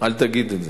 אל תגיד את זה.